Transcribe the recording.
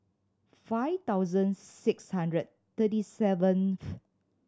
five thousand six hundred thirty seventh